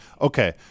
Okay